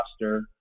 roster